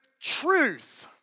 truth